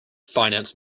finance